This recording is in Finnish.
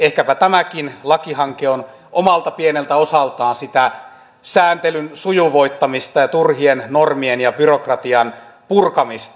ehkäpä tämäkin lakihanke on omalta pieneltä osaltaan sitä sääntelyn sujuvoittamista ja turhien normien ja byrokratian purkamista